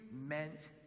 meant